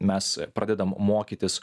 mes pradedam mokytis